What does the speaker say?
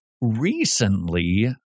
Recently